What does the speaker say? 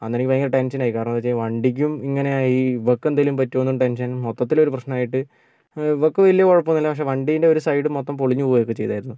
അന്നേരം എനിക്ക് ഭയങ്കര ടെൻഷനായി കാരണം എന്തെന്ന് വെച്ചാൽ വണ്ടിക്കും ഇങ്ങനെയായി ഇവൾക്ക് എന്തേലും പറ്റുവോന്നും ടെൻഷൻ മൊത്തത്തില് ഒരു പ്രശ്നമായിട്ട് ഇവൾക്ക് വലിയ കുഴപ്പമൊന്നുമില്ല പക്ഷേ വണ്ടീൻ്റെ ഒരു സൈഡ് മൊത്തം പൊളിഞ്ഞു പോകുകയൊക്കെ ചെയ്തായിരുന്നു